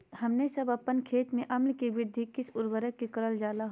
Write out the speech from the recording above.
हमने सब अपन खेत में अम्ल कि वृद्धि किस उर्वरक से करलजाला?